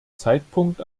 zeitpunkt